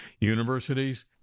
universities